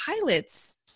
pilots